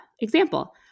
example